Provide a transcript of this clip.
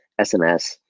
SMS